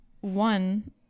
One